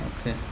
Okay